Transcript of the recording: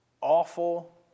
awful